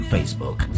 Facebook